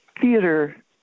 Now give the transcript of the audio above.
theater